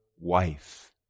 wife